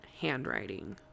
handwriting